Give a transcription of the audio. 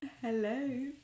hello